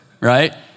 right